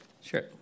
Sure